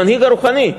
המנהיג הרוחני,